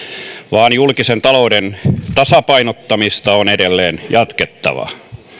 vaan julkisen talouden tasapainottamista on edelleen jatkettava